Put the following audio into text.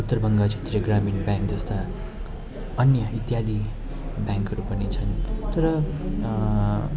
उत्तर बङ्गाल क्षेत्रीय ग्रामीण ब्याङ्क जस्ता अन्य इत्यादि ब्याङ्कहरू पनि छन् तर